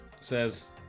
Says